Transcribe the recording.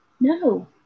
No